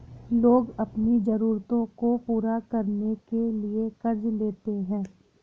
लोग अपनी ज़रूरतों को पूरा करने के लिए क़र्ज़ लेते है